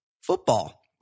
football